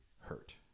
hurt